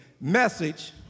message